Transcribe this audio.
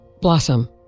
Blossom